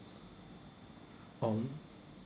um